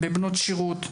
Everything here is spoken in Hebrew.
בבנות שירות,